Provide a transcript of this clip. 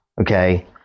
Okay